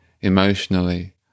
emotionally